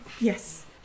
Yes